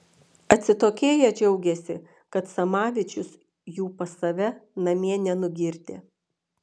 atsitokėję džiaugėsi kad samavičius jų pas save namie nenugirdė